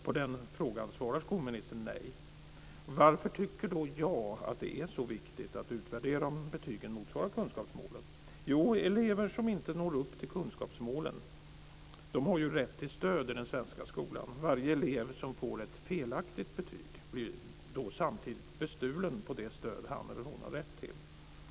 På den frågan svarar skolministern nej. Varför tycker då jag att det är så viktigt att utvärdera om betygen motsvarar kunskapsmålen? Jo, elever som inte når upp till kunskapsmålen har rätt till stöd i den svenska skolan. Varje elev som får ett felaktigt betyg blir då samtidigt bestulen på det stöd som han eller hon har rätt till.